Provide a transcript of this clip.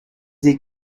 they